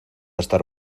estar